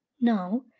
Now